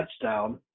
touchdown